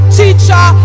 teacher